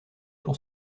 pour